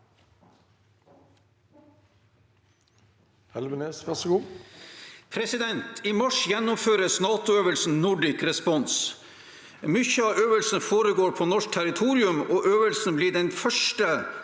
I mars gjennomføres NATO-øvelsen Nordic Response. Mye av øvelsen foregår på norsk territorium, og øvelsen blir den første